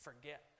forget